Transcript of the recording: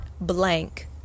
blank